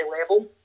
level